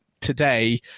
today